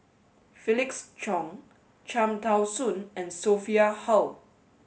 Felix Cheong Cham Tao Soon and Sophia Hull